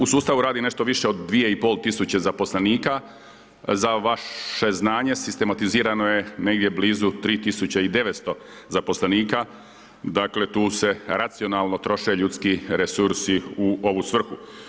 U sustavu radi nešto više od 2500 zaposlenika, za vaše znanje sistematizirano je negdje blizu 3900 zaposlenika, dakle tu se racionalno troše ljudski resursi u ovu svrhu.